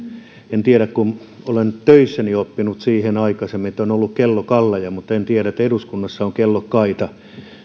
olen töissäni oppinut siihen aikaisemmin että on ollut kellokalleja mutta en tiedä että eduskunnassa on kellokkaita